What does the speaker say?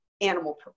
Animal